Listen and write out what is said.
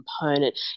component